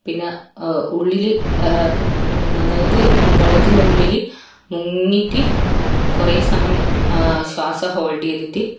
പിന്നെ ഉള്ളില് അതായത് വെള്ളത്തിന്റെ ഉള്ളില് മുങ്ങിയിട്ട് കുറെ സമയം ശ്വാസം ഹോൾഡ് ചെയ്തിട്ട്